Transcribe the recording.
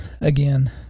again